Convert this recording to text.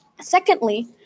Secondly